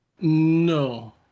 No